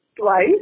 twice